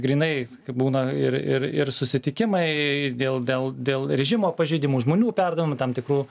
grynai kaip būna ir ir ir susitikimai dėl dėl dėl režimo pažeidimų žmonių perdavimų tam tikrų